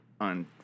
on